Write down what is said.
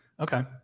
Okay